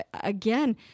again